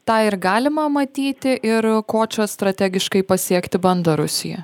tą ir galima matyti ir ko čia strategiškai pasiekti bando rusiją